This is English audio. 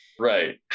right